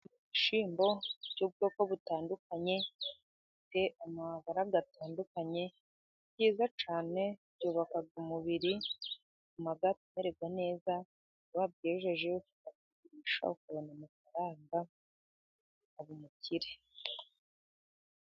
Ibishyimbo by'ubwoko butandukanye bifite amabara atandukanye byiza cyane byubaka umubiri bituma umererwa neza, iyo wabyejeje urabigurisha ukubona amafaranga ukaba umukire.